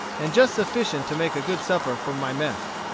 and just sufficient to make a good supper for my mess.